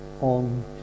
On